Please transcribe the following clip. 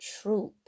truth